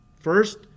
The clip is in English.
First